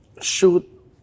shoot